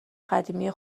قدیمی